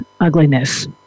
ugliness